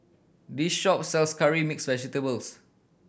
this shop sells curry mixed vegetables